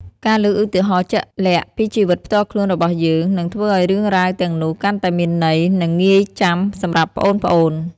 ការលើកឧទាហរណ៍ជាក់លាក់ពីជីវិតផ្ទាល់ខ្លួនរបស់យើង នឹងធ្វើឱ្យរឿងរ៉ាវទាំងនោះកាន់តែមានន័យ និងងាយចាំសម្រាប់ប្អូនៗ។